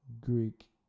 Greek